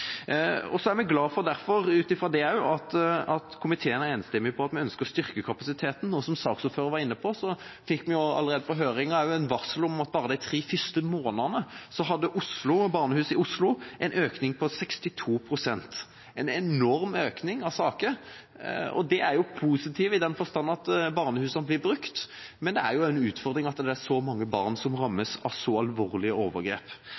barnehuset. Så er vi også glad for at komiteen er enstemmig på at den ønsker å styrke kapasiteten. Som saksordføreren var inne på, fikk vi allerede i høringa et varsel om at bare de tre første månedene hadde barnehuset i Oslo en økning på 62 pst. – en enorm økning av saker. Det er positivt i den forstand at barnehusene blir brukt, men det er også en utfordring at det er så mange barn som rammes av så alvorlige overgrep.